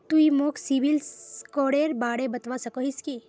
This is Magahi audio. तुई मोक सिबिल स्कोरेर बारे बतवा सकोहिस कि?